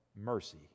mercy